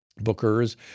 bookers